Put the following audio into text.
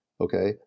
Okay